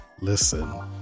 Listen